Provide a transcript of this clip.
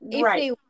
Right